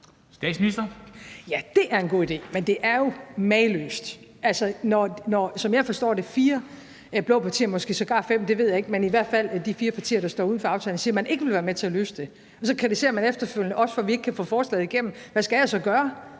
Frederiksen): Ja, det er en god idé, men det er jo mageløst, når, som jeg forstår det, fire og måske sågar fem blå partier – jeg ved det ikke – men i hvert fald de fire partier, der står uden for aftalen, siger, at man ikke vil være med til at løse det, og man så efterfølgende kritiserer os for, at vi ikke kan få forslaget igennem. Hvad skal jeg så gøre?